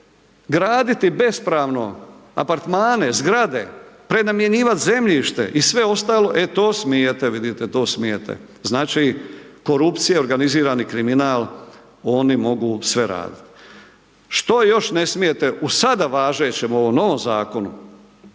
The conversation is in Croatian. graditi bespravno apartmane, zgrade, prenamjenjivat zemljište i sve ostalo, e to smijete, vidite, to smijete, znači, korupcija i organizirani kriminal, oni mogu sve radit. Što još ne smijete u sada važećem ovom novom zakonu?